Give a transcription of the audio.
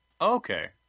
Okay